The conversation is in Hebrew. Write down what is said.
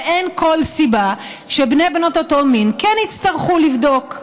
ואין כל סיבה שבני ובנות אותו מין כן יצטרכו לבדוק.